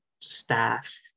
staff